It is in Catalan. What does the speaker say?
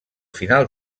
final